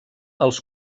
els